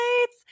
lights